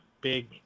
big